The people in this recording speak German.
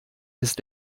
ist